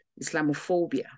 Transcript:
Islamophobia